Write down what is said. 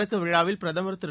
தொடக்க விழாவில் பிரதமர் திரு